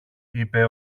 είπε